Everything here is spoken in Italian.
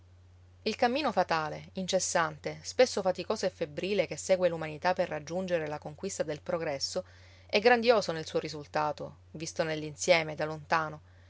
il cammino fatale incessante spesso faticoso e febbrile che segue l'umanità per raggiungere la conquista del progresso è grandioso nel suo risultato visto nell'insieme da lontano